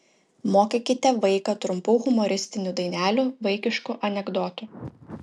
mokykite vaiką trumpų humoristinių dainelių vaikiškų anekdotų